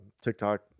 TikTok